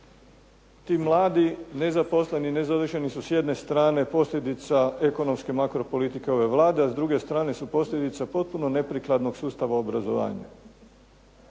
Ti mladi nezaposleni, nezavršeni su s jedne strane posljedica ekonomske makropolitike ove Vlade, a s druge strane su posljedica potpuno neprikladnog sustava obrazovanja.